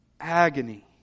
Agony